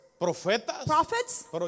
prophets